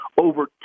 over